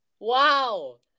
Wow